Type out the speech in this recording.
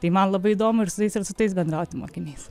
tai man labai įdomu ir su jais ir su tais bendrauti mokiniais